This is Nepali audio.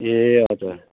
ए हजुर